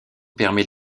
permet